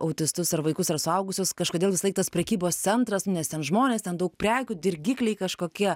autistus ar vaikus ar suaugusius kažkodėl visąlaik tas prekybos centras nu nes ten žmonės ten daug prekių dirgikliai kažkokie